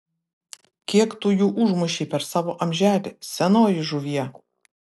kiek tu jų užmušei per savo amželį senoji žuvie